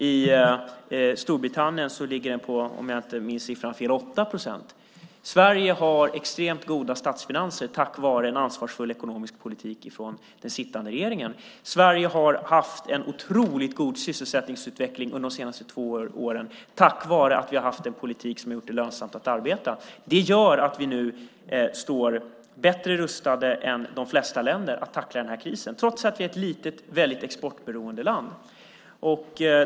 I Storbritannien ligger det på 8 procent, om jag inte minns siffran fel. Sverige har extremt goda statsfinanser tack vare en ansvarsfull ekonomisk politik från den sittande regeringen. Sverige har haft en otroligt god sysselsättningsutveckling under de senaste två åren tack vare att vi har haft en politik som har gjort det lönsamt att arbeta. Det gör att vi nu står bättre rustade än de flesta länder att tackla denna kris trots att Sverige är ett litet väldigt exportberoende land.